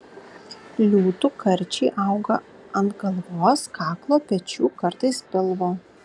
liūtų karčiai auga ant galvos kaklo pečių kartais pilvo